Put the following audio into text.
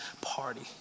party